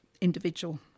individual